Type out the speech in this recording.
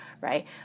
right